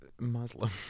Muslim